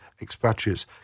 expatriates